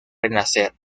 renacer